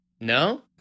No